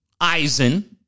Eisen